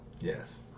Yes